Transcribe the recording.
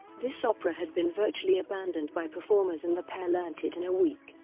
this opera had been virtually abandoned by performers and the pair learnt it in a week.